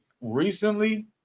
recently